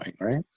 right